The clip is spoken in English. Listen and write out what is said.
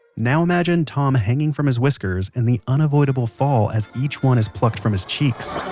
now imagine tom hanging from his whiskers, and the unavoidable fall as each one is plucked from his cheeks